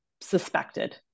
suspected